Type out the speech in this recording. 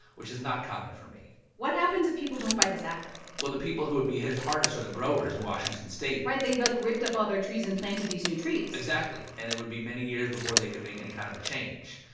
which is not common for me what happens if people don't buy this apple? well, the people who would be hit hardest are the growers in washington state right. they've, like, ripped up all their trees and planted these new trees exactly. and it would be many years before they could make any kind of a change.